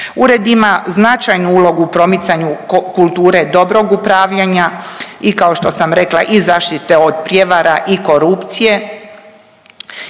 Ured ima značajnu ulogu u promicanju kulture dobrog upravljanja i kao što sam rekla i zaštite od prijevara i korupcije